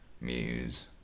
Muse